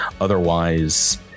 otherwise